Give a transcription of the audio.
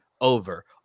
over